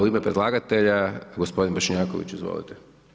U ime predlagatelja gospodin Bošnjaković, izvolite.